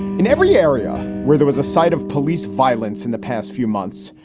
in every area where there was a site of police violence in the past few months,